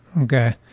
Okay